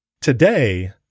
today